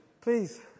Please